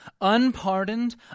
unpardoned